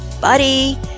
Buddy